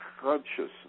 consciousness